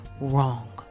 wrong